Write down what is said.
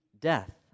death